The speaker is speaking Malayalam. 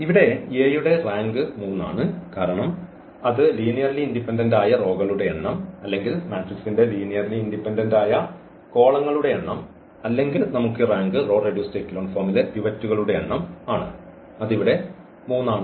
ഇവിടെ A യുടെ റാങ്ക് 3 ആണ് കാരണം അത് ലീനിയർലി ഇൻഡിപെൻഡൻസ് ആയ റോകളുടെ എണ്ണം അല്ലെങ്കിൽ മാട്രിക്സിന്റെ ലീനിയർലി ഇൻഡിപെൻഡൻസ് ആയ കോളങ്ങളുടെ എണ്ണം അല്ലെങ്കിൽ നമുക്ക് ഈ റാങ്ക് റോ റെഡ്യൂസ്ഡ് എക്കലൻ ഫോമിലെ പിവറ്റുകളുടെ എണ്ണം ആണ് അത് ഇവിടെ 3 ആണ്